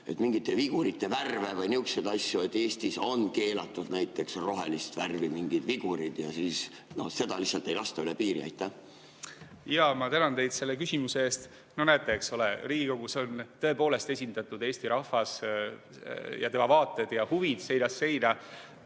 mingite vigurite värve või nihukesi asju, et Eestis on keelatud näiteks rohelist värvi mingid vigurid ja neid lihtsalt ei lasta üle piiri. Ma tänan teid selle küsimuse eest. No näete, eks ole, Riigikogus on tõepoolest esindatud Eesti rahvas ja tema vaated ja huvid seinast seina,